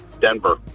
Denver